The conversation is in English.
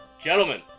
gentlemen